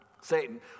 Satan